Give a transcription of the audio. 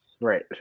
Right